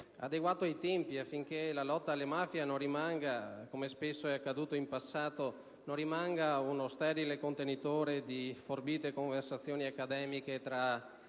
adeguato ai tempi, affinché la lotta alle mafie non rimanga, com'è spesso successo nel passato, uno sterile contenitore di forbite conversazioni accademiche tra